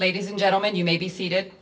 ladies and gentlemen you may be seated